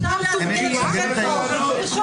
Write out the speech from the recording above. אפשר להזמין את השופט סולברג שיסביר.